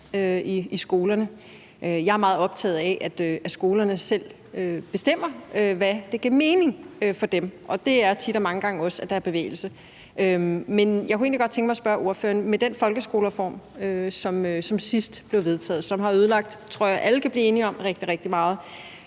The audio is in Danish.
i skolerne. Jeg er meget optaget af, at skolerne selv bestemmer, hvad der giver mening for dem, og det er mange gange også, at der er bevægelse. Men jeg kunne egentlig godt tænke mig at spørge ordføreren: Med den folkeskolereform, som sidst blev vedtaget, og som har ødelagt, tror jeg alle kan blive enige om, rigtig, rigtig meget,